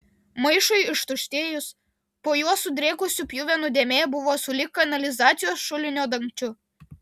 maišui ištuštėjus po juo sudrėkusių pjuvenų dėmė buvo sulig kanalizacijos šulinio dangčiu